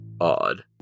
odd